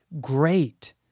great